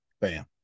Bam